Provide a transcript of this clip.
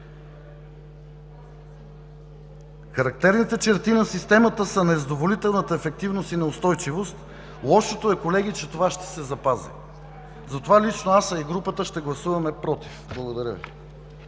Характерните черти на системата са незадоволителната ефективност и неустойчивост. Лошото е колеги, че това ще се запази. Затова лично аз, а и групата, ще гласуваме „против“. Благодаря Ви.